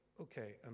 okay